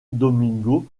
domingo